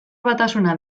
batasuna